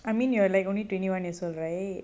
I mean you're like only twenty one years old right